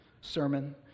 sermon